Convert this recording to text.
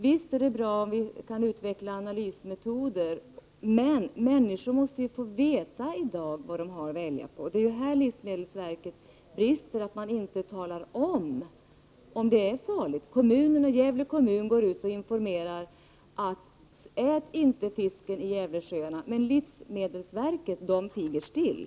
Visst är det bra att vi kan utveckla analysmetoderna, men människorna måste ju få veta vad de har att välja på. Det är ju här som livsmedelsverket har sina brister. Man talar inte om att det är farligt. Gävle kommun går ut och informerar att man inte skall äta fisken från Gävletraktens sjöar, men livsmedelsverket tiger still.